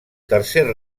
tercer